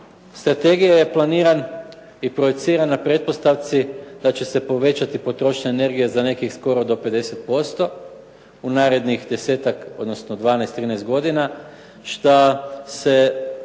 strategije je planiran i projiciran na pretpostavci da će se povećati potrošnja energije za nekih skoro do 50% u narednih desetak, odnosno 12, 13 godina šta se